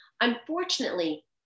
Unfortunately